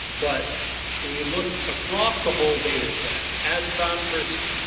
but when you look across the whole data set as phosphorous